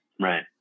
Right